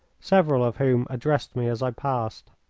several of whom addressed me as i passed.